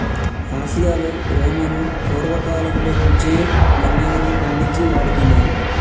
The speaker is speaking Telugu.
ఆసియాలో రోమను పూర్వకాలంలో నుంచే ముల్లంగిని పండించి వాడుతున్నారు